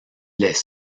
les